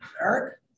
Eric